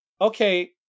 okay